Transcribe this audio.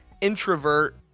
introvert